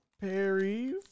Perry